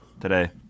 today